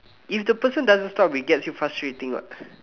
if the person doesn't stop we gets you frustrating what